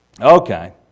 Okay